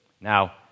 Now